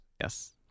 Yes